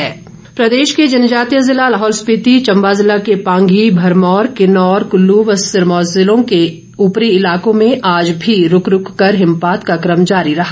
मौसम प्रदेश के जनजातीय ज़िला लाहौल स्पीति चंबा ज़िला के पांगी भरमौर किन्नौर क़ल्ल़ व सिरमौर ज़िलों के ऊपरी इलाकों में आज भी रूक रूक कर हिमपात का कम जारी रहा